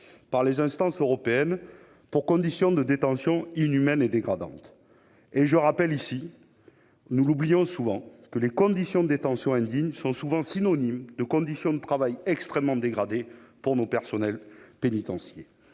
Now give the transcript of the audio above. par les instances européennes pour conditions de détention inhumaines et dégradantes. Et nous oublions souvent que des conditions de détention indignes sont synonymes de conditions de travail extrêmement dégradées pour nos personnels pénitentiaires